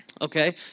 Okay